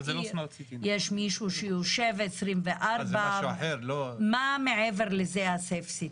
יש מישהו שיושב 24. מה מעבר לזה ה- save city?